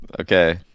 Okay